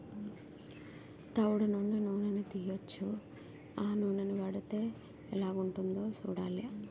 తవుడు నుండి నూనని తీయొచ్చు ఆ నూనని వాడితే ఎలాగుంటదో సూడాల